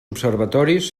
observatoris